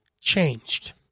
changed